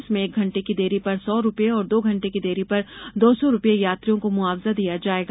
इसमें एक घंटे की देरी पर सौ रुपये और दो घंटे की देरी पर दो सौ रुपये यात्रियों को मुआवजा दिया जाएगा